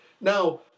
Now